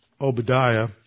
Obadiah